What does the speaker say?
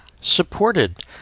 supported